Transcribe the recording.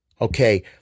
Okay